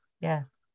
yes